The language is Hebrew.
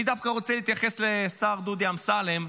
אני דווקא רוצה להתייחס לשר דודי אמסלם.